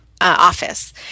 office